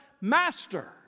Master